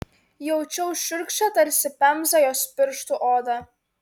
jaučiau šiurkščią tarsi pemza jos pirštų odą